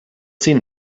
seen